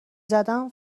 زدم